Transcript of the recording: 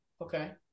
Okay